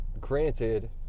granted